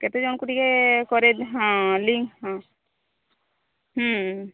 କେତେଜଣଙ୍କୁ ଟିକେ କରେଇ ହଁ ଲିଙ୍କ୍ ହଁ ହୁଁ